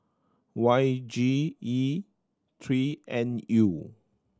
Y G E three N U